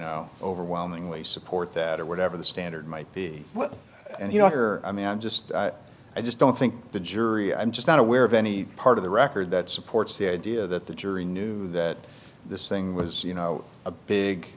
know overwhelmingly support that or whatever the standard might be and you know her i mean i just i just don't think the jury i'm just not aware of any part of the record that supports the idea that the jury knew that this thing was you know a big